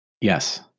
Yes